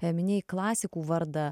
minėjai klasikų vardą